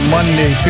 Monday